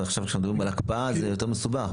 ועכשיו כשמדברים על הקפאה זה יותר מסובך?